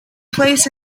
place